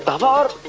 omar.